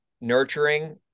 nurturing